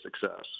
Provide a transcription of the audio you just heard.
success